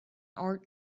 art